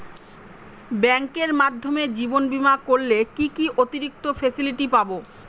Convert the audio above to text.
ব্যাংকের মাধ্যমে জীবন বীমা করলে কি কি অতিরিক্ত ফেসিলিটি পাব?